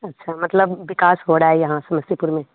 अच्छा मतलब बिकास हो रहा है यहाँ समस्तीपुर में